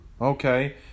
Okay